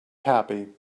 happy